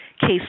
case